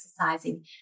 exercising